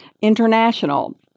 International